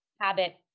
habit